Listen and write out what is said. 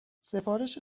سفارش